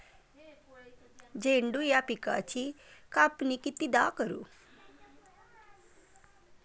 झेंडू या पिकाची कापनी कितीदा करू?